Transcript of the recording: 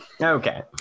Okay